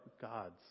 God's